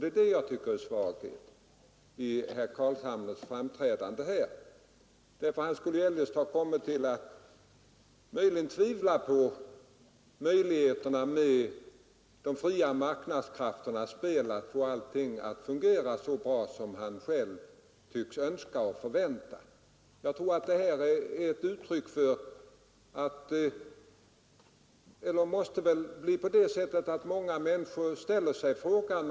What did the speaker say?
Det är detta jag tycker är svagheten i herr Carlshamres framträdande här. Han skulle eljest möjligen ha kommit att tvivla på de fria marknadskrafternas förmåga att få allting att fungera så bra som han själv tycks önska och förvänta. Jag tror att i stället många människor ställer sig frågande.